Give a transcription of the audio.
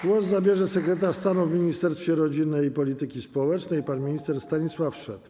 Głos zabierze sekretarz stanu w Ministerstwie Rodziny i Polityki Społecznej pan minister Stanisław Szwed.